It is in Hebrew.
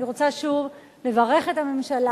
אני רוצה שוב לברך את הממשלה.